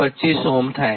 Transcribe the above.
25Ω થાય